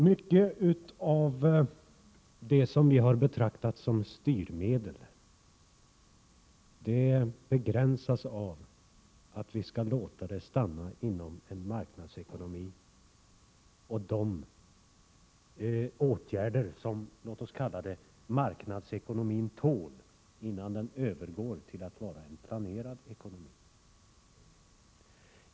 Mycket av det som vi har betraktat som styrmedel begränsas av att vi skall stanna inom en marknadsekonomi och vid de åtgärder som ”marknadsekonomin” tål, innan den övergår till att vara en planerad ekonomi.